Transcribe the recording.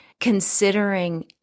considering